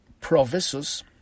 provisos